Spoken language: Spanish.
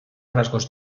rasgos